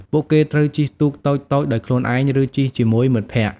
ពួកគេត្រូវជិះទូកតូចៗដោយខ្លួនឯងឬជិះជាមួយមិត្តភក្តិ។